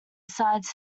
sides